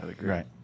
right